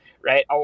right